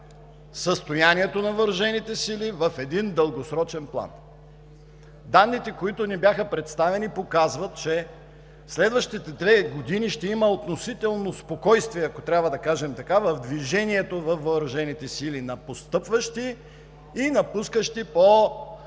състоянието на въоръжените сили в един дългосрочен план. Данните, които ни бяха представени, показват, че следващите две години ще има относително спокойствие, ако трябва да кажем така, в движението във въоръжените сили на постъпващи и напускащи по